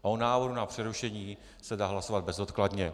O návrhu na přerušení se dá hlasovat bezodkladně.